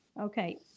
Okay